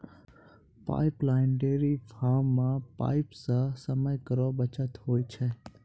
pipeline dairy farm म pipe सें समय केरो बचत होय छै